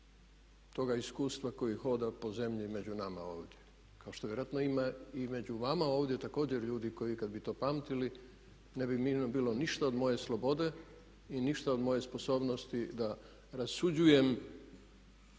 toga iskustva koji hoda po zemlji među nama ovdje kao što vjerojatno ima i među vama ovdje također ljudi koji kad bi to pamtili, ne bi mirno bilo ništa od moje slobode i ništa od moje sposobnosti da rasuđujem